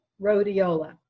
rhodiola